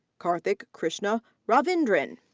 karthik krishna ravindran.